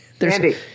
Andy